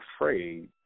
afraid